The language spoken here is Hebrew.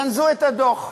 גנזו את הדוח.